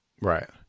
Right